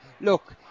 Look